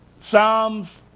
Psalms